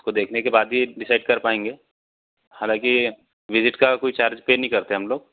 उसको देखने के बाद ही डिसाइड कर पाएंगे हालाँकि विजिट का कोई चार्ज पर नहीं करते हैं हम लोग